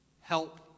help